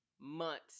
Months